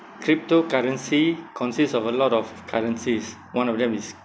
cryptocurrency consists of a lot of currencies one of them is